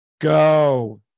go